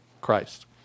Christ